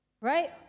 Right